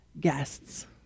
guests